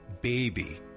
BABY